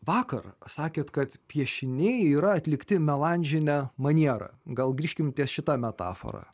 vakar sakėt kad piešiniai yra atlikti melanžine maniera gal grįžkim ties šita metafora